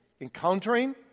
encountering